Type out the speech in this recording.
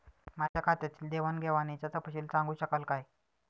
माझ्या खात्यातील देवाणघेवाणीचा तपशील सांगू शकाल काय?